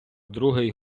другий